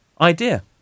idea